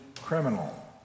criminal